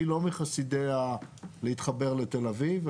אני לא מחסידי הלהתחבר לתל אביב.